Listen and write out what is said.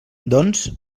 doncs